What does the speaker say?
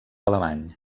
alemany